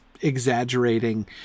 exaggerating